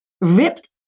ripped